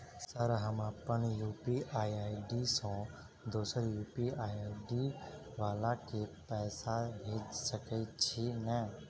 Sir हम अप्पन UPI ID सँ दोसर यु.पी.आई आई.डी वला केँ पैसा भेजि सकै छी नै?